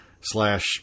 slash